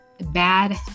bad